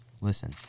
Listen